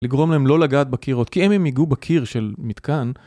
לגרום להם לא לגעת בקירות, כי הם הם יגעו בקיר של מתקן.